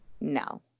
no